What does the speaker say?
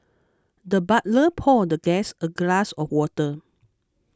the butler poured the guest a glass of water